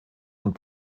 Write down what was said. und